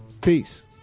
Peace